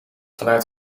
vanuit